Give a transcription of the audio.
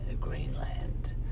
greenland